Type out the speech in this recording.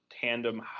tandem